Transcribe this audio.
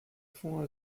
fond